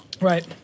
Right